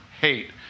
hate